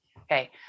Okay